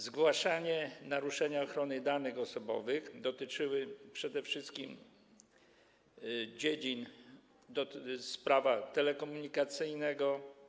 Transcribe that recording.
Zgłaszane naruszenia ochrony danych osobowych dotyczyły przede wszystkim dziedzin Prawa telekomunikacyjnego.